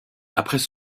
après